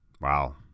Wow